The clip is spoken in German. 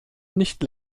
nicht